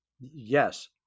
Yes